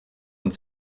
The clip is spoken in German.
und